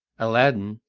aladdin,